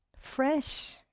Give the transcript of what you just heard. fresh